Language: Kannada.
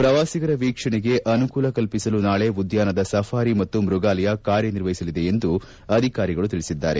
ಪ್ರವಾಸಿಗರ ವೀಕ್ಷಣೆಗೆ ಅನುಕೂಲ ಕಲ್ಪಿಸಲು ನಾಳೆ ಉದ್ಯಾನದ ಸಫಾರಿ ಮತ್ತು ಮೃಗಾಲಯ ಕಾರ್ಯನಿರ್ವಹಿಸಲಿದೆ ಎಂದು ಅಧಿಕಾರಿಗಳು ತಿಳಿಸಿದ್ದಾರೆ